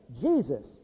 Jesus